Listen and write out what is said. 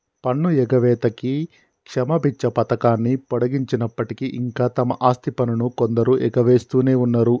పన్ను ఎగవేతకి క్షమబిచ్చ పథకాన్ని పొడిగించినప్పటికీ ఇంకా తమ ఆస్తి పన్నును కొందరు ఎగవేస్తునే ఉన్నరు